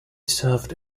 served